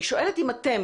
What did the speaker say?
אני שואלת אם אתם,